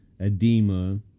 Edema